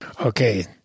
Okay